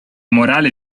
morale